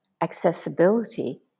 accessibility